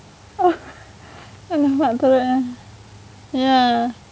!alamak! teruk lah ya